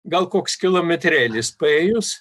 gal koks kilometrėlis paėjus